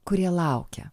kurie laukia